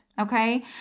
Okay